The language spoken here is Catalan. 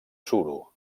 suro